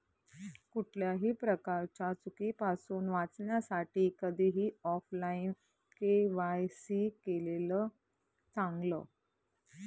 कुठल्याही प्रकारच्या चुकीपासुन वाचण्यासाठी कधीही ऑफलाइन के.वाय.सी केलेलं चांगल